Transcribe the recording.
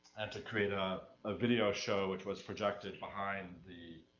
and to create a ah video show, which was projected behind the,